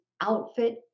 outfit